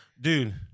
Dude